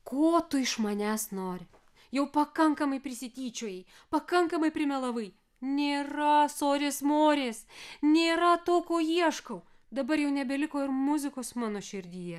ko tu iš manęs nori jau pakankamai prisityčiojai pakankamai primelavai nėra sorės morės nėra to ko ieškau dabar jau nebeliko ir muzikos mano širdyje